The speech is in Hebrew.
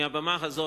מהבמה הזאת,